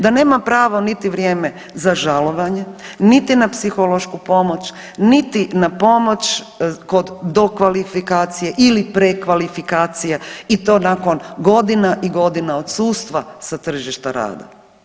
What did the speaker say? Da nema pravo niti vrijeme za žalovanje niti na psihološku pomoć niti na pomoć kod dokvalifikacije ili prekvalifikacije i to nakon godina i godina odsustva sa tržišta rada.